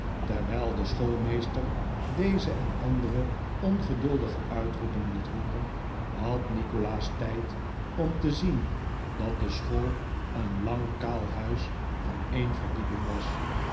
terwijl de schoolmeester deze en andere ongeduldige uitroepen liet hooren had nikolaas tijd om te zien dat de school een lang kaal huis van een verdieping was